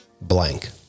blank